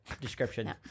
Description